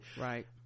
right